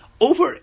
over